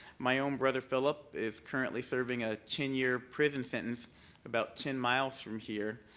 my own brother philip is currently serving a ten year prison sentence about ten miles from here.